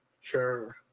Sure